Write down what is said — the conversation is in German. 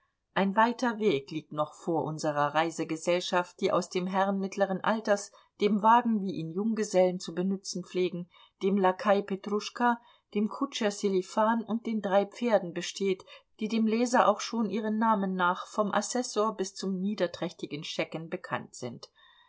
ein weiter weg liegt noch vor unserer reisegesellschaft die aus dem herrn mittleren alters dem wagen wie ihn junggesellen zu benützen pflegen dem lakai petruschka dem kutscher sselifan und den drei pferden besteht die dem leser auch schon ihren namen nach vom assessor bis zum niederträchtigen schecken bekannt sind